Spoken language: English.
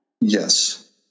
Yes